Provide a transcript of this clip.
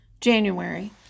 January